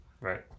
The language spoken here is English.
Right